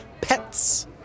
pets